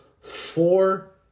four